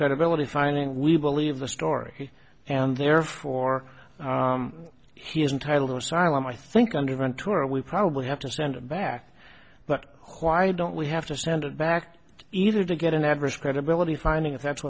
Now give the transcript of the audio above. credibility signing we believe the story and therefore he is entitled to asylum i think under ventura we probably have to send him back but why don't we have to send it back either to get an adverse credibility finding if that's